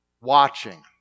watching